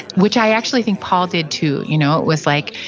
which i actually think paul did too you know it was like,